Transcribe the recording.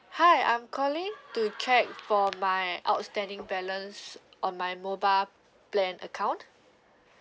hi I'm calling to check for my outstanding balance on my mobile plan account